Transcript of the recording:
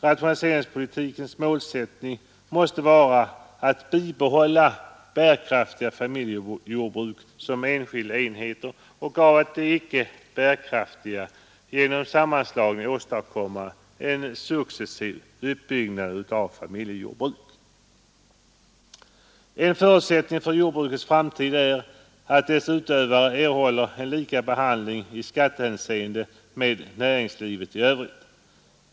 Rationaliseringspolitikens målsättning måste vara att bibehålla bärkraftiga familjejordbruk som enskilda enheter och att av de icke bärkraftiga genom sammanslagning åstadkomma en successiv uppbyggnad av familjejordbruk. En förutsättning för jordbrukets framtid är att dess utövare erhåller en lika behandling i skattehänseende som näringslivet i övrigt.